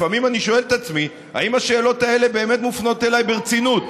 לפעמים אני שואל את עצמי אם השאלות האלה באמת מופנות אליי ברצינות.